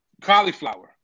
cauliflower